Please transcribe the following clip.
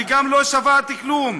וגם לא שמעתי כלום.